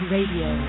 Radio